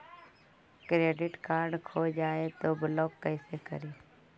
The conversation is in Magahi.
क्रेडिट कार्ड खो जाए तो ब्लॉक कैसे करी?